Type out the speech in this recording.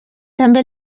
també